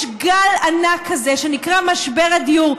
יש גל ענק כזה שנקרא משבר הדיור,